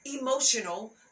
emotional